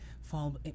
fall